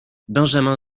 benjamin